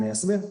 אני אסביר.